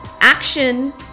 action